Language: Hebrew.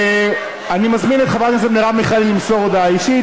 אני מזמין את חברת הכנסת מרב מיכאלי למסור הודעה אישית,